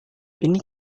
ini